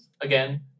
Again